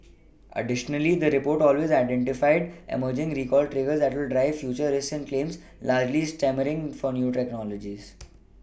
additionally the report also identified emerging recall triggers that will drive future risks and claims largely stemming from new technologies